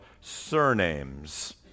surnames